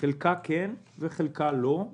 חלקה כן וחלקה לא.